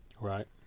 Right